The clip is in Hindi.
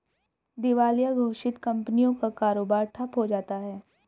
दिवालिया घोषित कंपनियों का कारोबार ठप्प हो जाता है